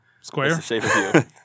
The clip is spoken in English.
Square